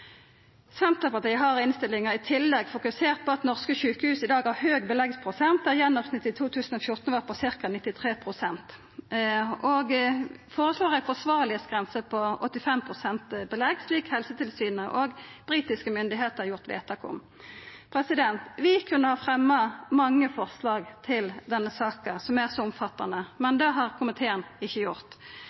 Senterpartiet har i innstillinga i tillegg fokusert på at norske sjukehus i dag har høg beleggsprosent, der gjennomsnittet i 2014 var på ca. 93 pst., og føreslår ei grense for det som er forsvarleg, på 85 pst. belegg, slik Helsetilsynet og britiske myndigheiter har gjort vedtak om. Vi kunne ha fremja mange forslag til denne saka, som er så omfattande, men det har ikkje komiteen gjort.